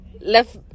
left